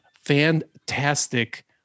fantastic